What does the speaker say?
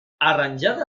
arranjada